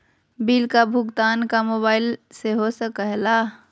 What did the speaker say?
Bill का भुगतान का मोबाइलवा से हो सके ला?